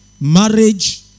marriage